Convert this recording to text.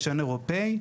בארצות הברית ובאירופה,